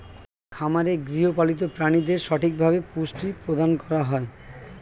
খামারে গৃহপালিত প্রাণীদের সঠিকভাবে পুষ্টি প্রদান করা হয়